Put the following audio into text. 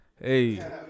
Hey